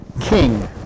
king